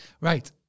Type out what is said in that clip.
right